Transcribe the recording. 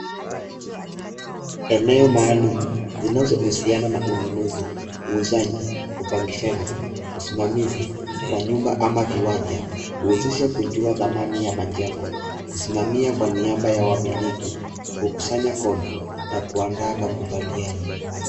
Eneo maalum zinazohusiana na ununuzi, uuzaji, upangishaji usimamizi wa nyumba ama viwanja uhusisha kujua dhamani ya majengo kusismamia kwa niaba ya wamiliki, kukusanya kodi na kuandaa makubaliano.